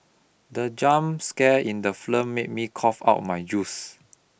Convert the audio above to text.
the jump scare in the film made me cough out my juice